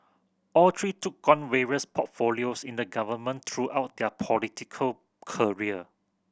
all three took on various portfolios in the government throughout their political career